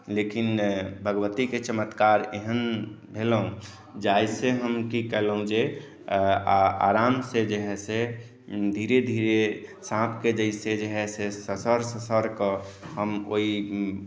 लेकिन भगवतीके चमत्कार एहन भेल जाहिसँ हम कि केलहूँ जे आरामसँ जे हइ से धीरे धीरे साँपके जैसे जे हइ से ससरि ससरिके हम ओहि